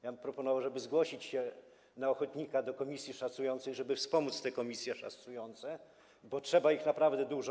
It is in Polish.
Ja bym proponował, żeby zgłosić się na ochotnika do komisji szacującej, żeby wspomóc te komisje szacujące, bo trzeba ich naprawdę dużo.